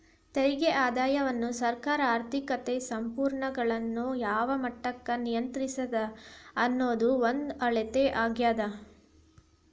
ತೆರಿಗೆ ಆದಾಯವನ್ನ ಸರ್ಕಾರ ಆರ್ಥಿಕತೆ ಸಂಪನ್ಮೂಲಗಳನ್ನ ಯಾವ ಮಟ್ಟಕ್ಕ ನಿಯಂತ್ರಿಸ್ತದ ಅನ್ನೋದ್ರ ಒಂದ ಅಳತೆ ಆಗ್ಯಾದ